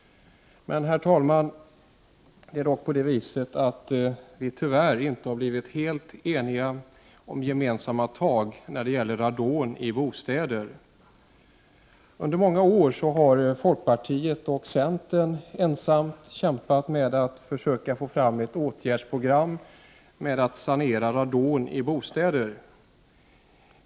Vi har dock, herr talman, inte blivit ense om gemensamma tag när det gäller radon i bostäder. Under många år har folkpartiet och centern ensamma kämpat för att försöka få fram ett åtgärdsprogram för att sanera radon i bostäder.